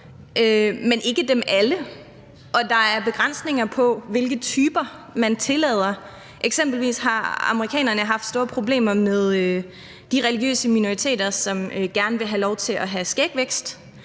men ikke dem alle. Og der er begrænsninger på, hvilke typer man tillader. Eksempelvis har amerikanerne haft store problemer med de religiøse minoriteter, som gerne vil have lov til at have skægvækst